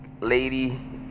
Lady